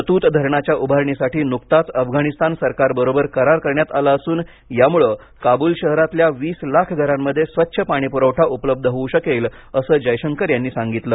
शतूत धरणाच्या उभारणीसाठी नुकताच अफगाणिस्तान सरकार बरोबर करार करण्यात आला असून यामुळे काबुल शहरातल्या वीस लाख घरांमध्ये स्वच्छ पाणी पुरवठा उपलब्ध होऊ शकेल असं जयशंकर यांनी सांगितलं